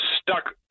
stuck